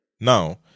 Now